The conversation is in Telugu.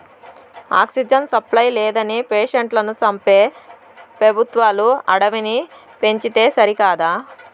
ఆక్సిజన్ సప్లై లేదని పేషెంట్లను చంపే పెబుత్వాలు అడవిని పెంచితే సరికదా